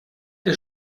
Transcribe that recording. der